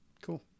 cool